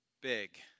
Big